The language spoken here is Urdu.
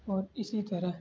اور اسی طرح